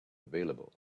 available